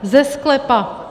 Ze sklepa.